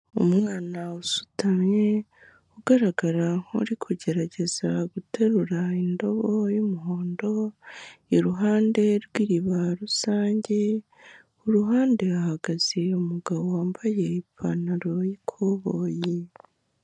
Umwana usutamye, ugaragara nk'uri kugerageza guterura indobo y'umuhondo, iruhande rw'iriba rusange, ku ruhande hahagaze umugabo wambaye ipantaro y'ikoboyi.